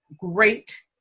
great